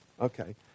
Okay